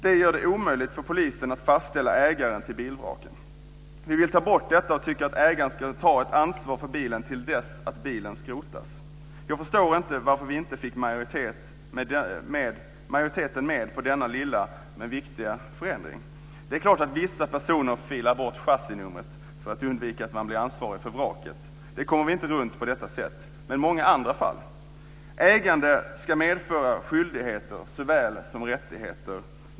Det gör det omöjligt för polisen att fastställa ägaren till bilvraket. Vi vill ta bort den administrativa skrotningen och tycker att ägaren ska ta ett ansvar för bilen till dess att bilen skrotas. Jag förstår inte varför vi inte fick med majoriteten på denna lilla, men viktiga förändring. Det är klart att vissa personer filar bort chassinumret för att undvika att man blir ansvarig för vraket. Det kommer vi inte runt på detta sätt, men i många andra fall. Ägande ska medföra skyldigheter såväl som rättigheter.